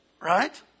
Right